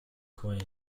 queen